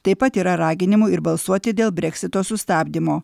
taip pat yra raginimų ir balsuoti dėl breksito sustabdymo